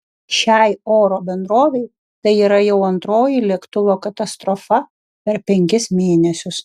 šiai oro bendrovei tai yra jau antroji lėktuvo katastrofa per penkis mėnesius